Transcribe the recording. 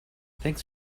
thanks